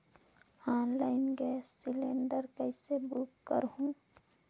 Online gas cylinder कइसे book करहु?